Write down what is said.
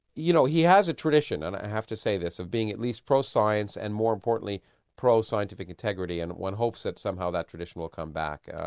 you know he has a tradition, and i have to say this, of being at least pro-science and more importantly pro scientific integrity, and one hopes that somehow that tradition will come back.